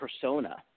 persona